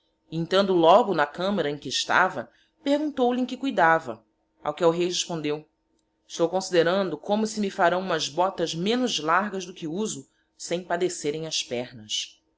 entrando logo na camara em que estava perguntou-lhe em que cuidava ao que el-rei respondeu estou considerando como se me farão umas botas menos largas do que uso sem padecerem as pernas